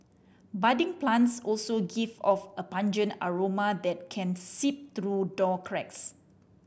budding plants also give off a pungent aroma that can seep through door cracks